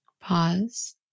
Pause